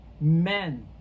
men